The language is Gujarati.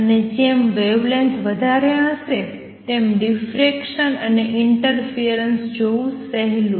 અને જેમ વેવલેન્થ વધારે હશે તેમ ડિફ્રેક્શન અથવા ઈંટરફિયરન્સ જોવું સહેલું છે